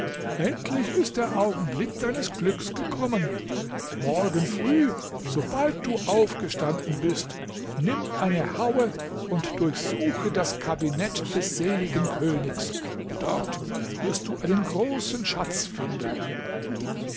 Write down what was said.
endlich ist der augenblick deines glücks gekommen morgen früh sobald du aufgestanden bist nimm eine haue und durchsuche das kabinett des seligen königs dort wirst du einen großen schatz finden